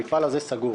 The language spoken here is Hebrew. המפעל הזה סגור.